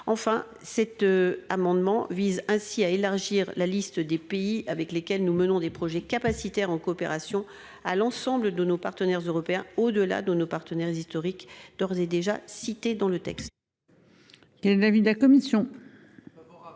enfin cet amendement vise ainsi à élargir la liste des pays avec lesquels nous menons des projets capacitaire en coopération à l'ensemble de nos partenaires européens. Au-delà de nos partenaires historiques d'ores et déjà cité dans le texte.